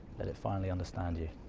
let it finally understand you.